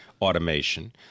automation